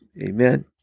Amen